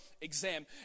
exam